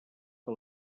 que